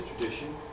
tradition